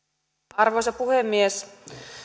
arvoisa puhemies